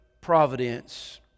providence